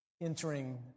Entering